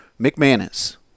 McManus